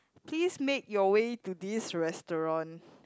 please make your way to this restaurant